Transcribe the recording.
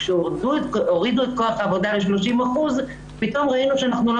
כאשר הורידו את כוח האדם ל-30% פתאום ראינו שאנחנו לא